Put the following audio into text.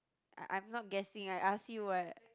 I I'm not guessing right I ask you what